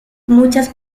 muchas